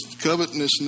covetousness